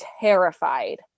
terrified